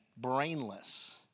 brainless